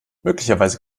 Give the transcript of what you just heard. möglicherweise